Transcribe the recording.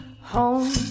home